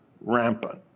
rampant